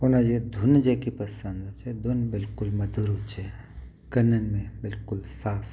उनजी धुन जेके पसंदि हुजे धुन बिल्कुलु मधुर हुजे कननि में बिल्कुलु साफ़